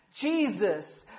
Jesus